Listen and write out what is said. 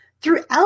throughout